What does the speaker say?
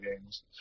games